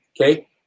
okay